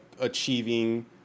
achieving